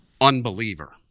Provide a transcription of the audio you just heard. unbeliever